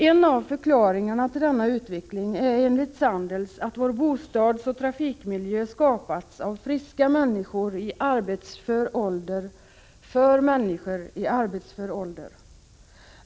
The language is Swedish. En av förklaringarna till denna utveckling är enligt Sandels, att vår bostadsoch trafikmiljö skapats av friska människor i arbetsför ålder för människor i arbetsför ålder.